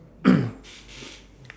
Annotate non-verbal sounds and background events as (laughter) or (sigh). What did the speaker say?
(coughs)